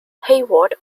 hayward